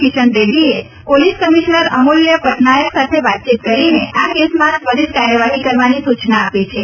કિશન રેડ્ડીએ police commissioner Amulya Patnaik સાથે વાતચીત કરીને આ કેસમાં ત્વરીત કાર્યવાહી કરવાની સૂચના આપી છે